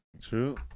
True